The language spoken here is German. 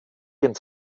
den